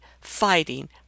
fighting